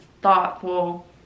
thoughtful